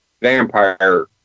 vampire